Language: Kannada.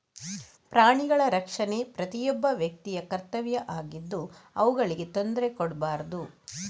ಪ್ರಾಣಿಗಳ ರಕ್ಷಣೆ ಪ್ರತಿಯೊಬ್ಬ ವ್ಯಕ್ತಿಯ ಕರ್ತವ್ಯ ಆಗಿದ್ದು ಅವುಗಳಿಗೆ ತೊಂದ್ರೆ ಕೊಡ್ಬಾರ್ದು